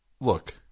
Look